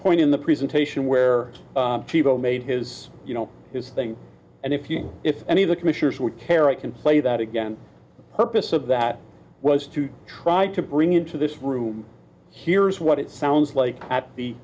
point in the presentation where people made his you know his thing and if you if any of the commissioners would tear i can play that again purpose of that was to try to bring into this room here's what it sounds like at the